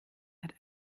hat